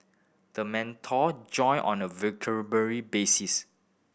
the mentor join on a basis